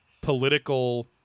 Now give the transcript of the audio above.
political